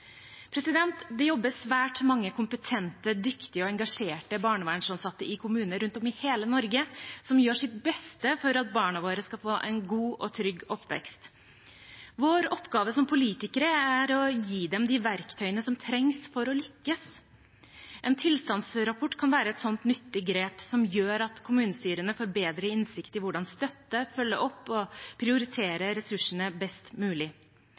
Det jobber svært mange kompetente, dyktige og engasjerte barnevernsansatte i kommuner rundt om i hele Norge som gjør sitt beste for at barna våre skal få en god og trygg oppvekst. Vår oppgave som politikere er å gi dem de verktøyene de trenger for å lykkes. En tilstandsrapport kan være et sånt nyttig grep som gjør at kommunestyrene får bedre innsikt i hvordan de kan støtte, følge opp og prioritere ressursene best mulig.